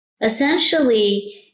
Essentially